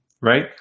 right